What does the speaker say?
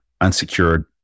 unsecured